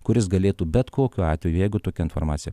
kuris galėtų bet kokiu atveju jeigu tokia informacija